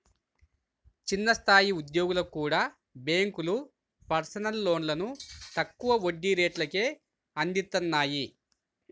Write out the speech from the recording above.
చిన్న స్థాయి ఉద్యోగులకు కూడా బ్యేంకులు పర్సనల్ లోన్లను తక్కువ వడ్డీ రేట్లకే అందిత్తన్నాయి